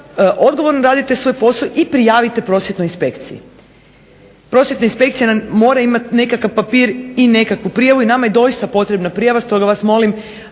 odgovorno radite svoj posao i prijavite prosvjetnoj inspekciji. Prosvjetna inspekcija mora imati nekakav papir i nekakvu prijavu i nama je doista potrebna prijava stoga vas molim